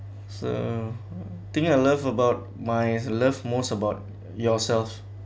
so thing I love about my love most about yourself